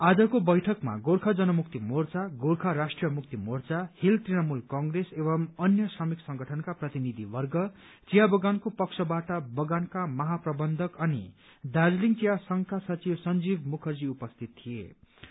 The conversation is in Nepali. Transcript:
आजको बैठकमा गोर्खा जनमुक्ति मोर्चा गोर्खा राष्ट्रीय मुक्ति मोर्चा हील तृणमूल कंग्रेस एवं अन्य श्रमिक संगठनका प्रतिनिधिवर्ग चिया बगानको पक्षबाट बगानका महाप्रबन्धक अनि दार्जीलिङ चिया संघका सचिव संजीव मुखर्जी उपस्थित थिएन